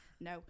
No